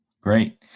Great